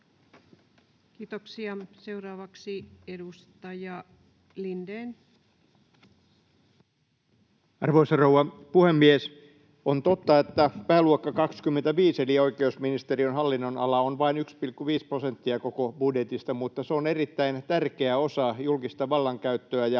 vuodelle 2025 Time: 17:30 Content: Arvoisa rouva puhemies! On totta, että pääluokka 25, eli oikeusministeriön hallinnonala, on vain 1,5 prosenttia koko budjetista, mutta se on erittäin tärkeä osa julkista vallankäyttöä